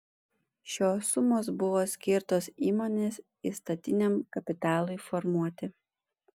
šios sumos buvo skirtos įmonės įstatiniam kapitalui formuoti